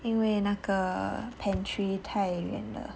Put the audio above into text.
因为那个 pantry 太远了